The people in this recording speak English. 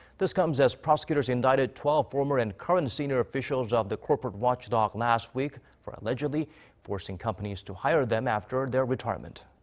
this comes as prosecutors indicted twelve former and current senior officials of the corporate watchdog last week, for allegedly forcing companies to hire them after their retirement.